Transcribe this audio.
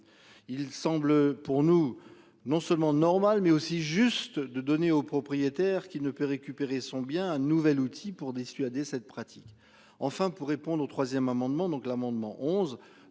Il semble pour nous non seulement normal mais aussi juste de donner aux propriétaires qui ne peut récupérer son bien un nouvel outil pour dissuader cette pratique. Enfin pour répondre au 3ème amendement donc l'amendement 11,